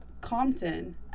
compton